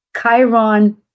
Chiron